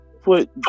put